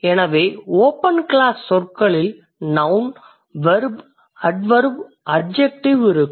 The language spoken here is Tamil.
எனவே ஓபன் க்ளாஸ் சொற்களில் நௌன் வெர்ப் அட்வெர்ப் அட்ஜெக்டிவ் இருக்கும்